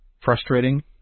frustrating